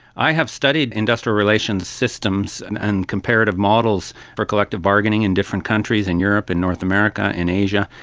i have studied industrial relations systems and and comparative models for collective bargaining in different countries, in europe, in north america, in asia,